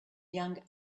young